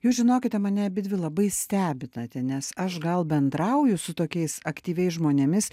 jūs žinokite mane abidvi labai stebinate nes aš gal bendrauju su tokiais aktyviais žmonėmis